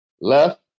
Left